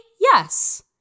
yes